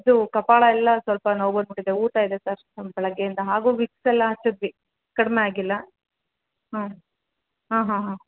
ಇದು ಕಪಾಳ ಎಲ್ಲ ಸ್ವಲ್ಪ ನೋವು ಬಂದುಬಿಟ್ಟಿದೆ ಊತ ಇದೆ ಸರ್ ಬೆಳಗ್ಗೆಯಿಂದ ಹಾಗೂ ವಿಕ್ಸೆಲ್ಲ ಹಚ್ಚಿದ್ವಿ ಕಡಿಮೆ ಆಗಿಲ್ಲ ಹ್ಞೂ ಹಾಂ ಹಾಂ ಹಾಂ